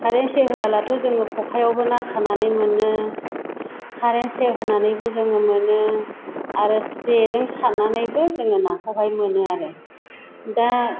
कारेन स'ख होआलाथ' जों खखायावबो ना सानानै मोनो कारेन स'ख होनानैबो जोङो मोनो आरो जेजों सारनानैबो जों नाखौ मोनो आरो दा